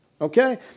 Okay